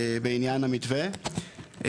בעניין המתווה.